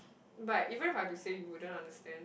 but even if I to say you wouldn't understand